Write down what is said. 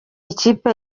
ikipe